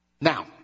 Now